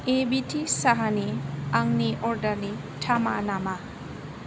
एबिटि साहानि आंनि अर्डारनि थामाना मा